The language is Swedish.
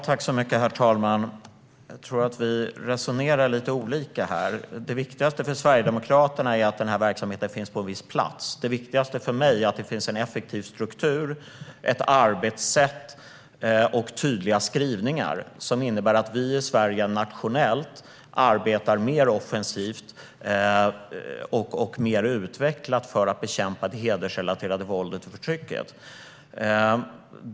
Herr talman! Jag tror att vi resonerar lite olika här. Det viktigaste för Sverigedemokraterna är att den här verksamheten finns på en viss plats. Det viktigaste för mig är att det finns en effektiv struktur, ett arbetssätt och tydliga skrivningar som innebär att vi i Sverige nationellt arbetar mer offensivt och mer utvecklat för att bekämpa det hedersrelaterade våldet och förtrycket.